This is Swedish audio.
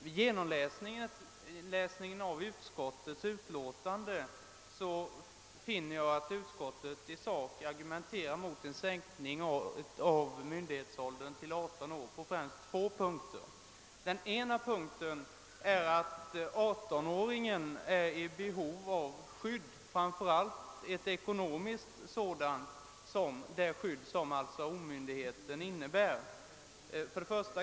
Vid genomläsningen av utskottsutlåtandet finner jag att utskottet i sak argumenterar mot en sänkning av myndighetsåldern till 18 år på främst två punkter. Den ena punkten är understrykandet av att 18-åringen är i behov av skydd, framför allt det ekonomiska skydd, som sammanhänger med omyndigheten.